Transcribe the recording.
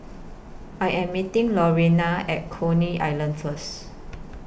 I Am meeting Lurena At Coney Island First